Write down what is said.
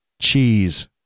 cheese